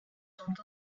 sont